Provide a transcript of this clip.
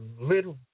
little